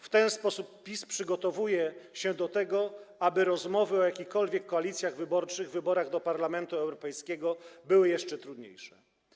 W ten sposób PiS przygotowuje się do tego, aby rozmowy o jakichkolwiek koalicjach wyborczych w wyborach do Parlamentu Europejskiego były jeszcze trudniejsze.